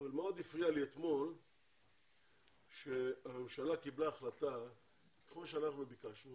אבל מאוד הפריע לי אתמול שהממשלה קיבלה החלטה כמו שאנחנו ביקשנו